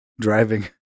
driving